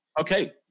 Okay